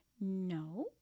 no